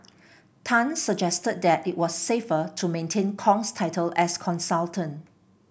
Tan suggested that it was safer to maintain Kong's title as consultant